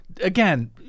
again